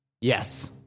Yes